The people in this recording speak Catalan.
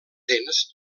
dents